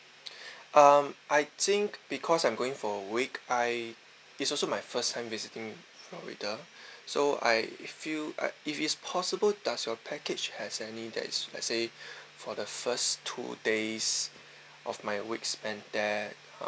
um I think because I'm going for a week I it's also my first time visiting florida so I feel I if it's possible does your package has any that is let's say for the first two days of my weeks and then